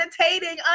meditating